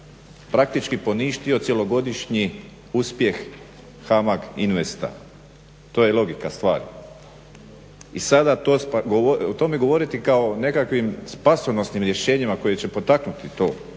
praktički poništio cjelogodišnji uspjeh HAMAG INVEST-a, to je logika stvari. I sada o tome govoriti kao nekakvim spasonosnim rješenjima koji će potaknuti to